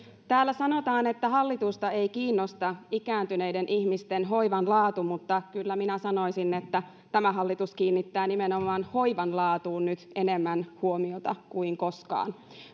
täällä sanotaan että hallitusta ei kiinnosta ikääntyneiden ihmisten hoivan laatu mutta kyllä minä sanoisin että tämä hallitus kiinnittää nimenomaan hoivan laatuun nyt enemmän huomiota kuin koskaan